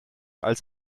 als